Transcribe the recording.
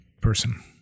person